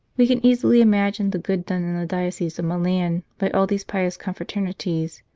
we can easily imagine the good done in the diocese of milan by all these pious confraternities,